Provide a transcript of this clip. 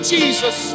Jesus